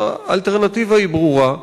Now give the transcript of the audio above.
האלטרנטיבה היא ברורה,